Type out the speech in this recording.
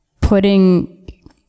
putting